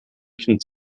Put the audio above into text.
kind